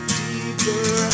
Deeper